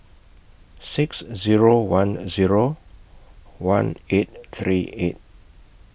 six Zero one Zero one eight three eight